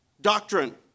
doctrine